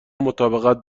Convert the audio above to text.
مطابقت